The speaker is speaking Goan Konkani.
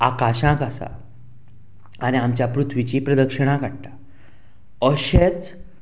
आकाशांक आसा आनी आमच्या पृथ्वीची प्रदक्षिणां काडटा अशेंच